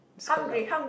it's quite loud